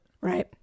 Right